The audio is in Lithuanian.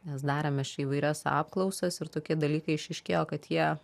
mes darėme čia įvairias apklausas ir tokie dalykai išryškėjo kad jie